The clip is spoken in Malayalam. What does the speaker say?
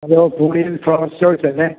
ഹലോ പൂ ഡീൽ ഫ്ലവർ സ്റ്റോഴ്സല്ലേ